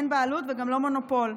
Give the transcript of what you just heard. אין בעלות וגם לא מונופול.